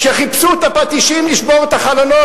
כשחיפשו את הפטישים לשבור את החלונות,